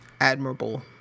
admirable